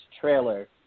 trailer